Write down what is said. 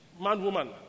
man-woman